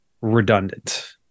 redundant